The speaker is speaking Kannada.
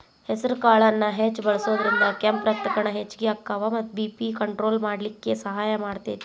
ಹೆಸರಕಾಳನ್ನ ಹೆಚ್ಚ್ ಬಳಸೋದ್ರಿಂದ ಕೆಂಪ್ ರಕ್ತಕಣ ಹೆಚ್ಚಗಿ ಅಕ್ಕಾವ ಮತ್ತ ಬಿ.ಪಿ ಕಂಟ್ರೋಲ್ ಮಾಡ್ಲಿಕ್ಕೆ ಸಹಾಯ ಮಾಡ್ತೆತಿ